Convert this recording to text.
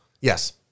yes